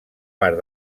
part